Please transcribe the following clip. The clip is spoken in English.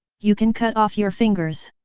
you can cut off your fingers!